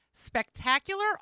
spectacular